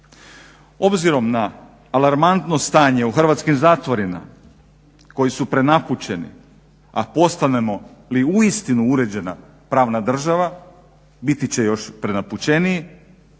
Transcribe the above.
Obzirom na alarmantno stanje u hrvatskim zatvorima koji su prenapučeni, a postanemo li uistinu uređena pravna država biti će još prenapučeniji.